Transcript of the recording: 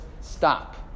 stop